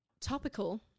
topical